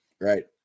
Right